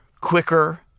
quicker